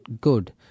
good